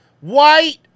White